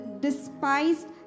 despised